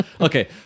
Okay